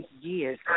years